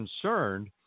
concerned